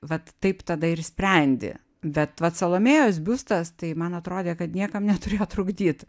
vat taip tada ir sprendi bet vat salomėjos biustas tai man atrodė kad niekam neturėjo trukdyt